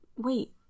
Wait